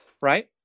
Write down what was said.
Right